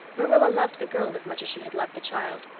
marilla loved the girl as much as she had loved the child,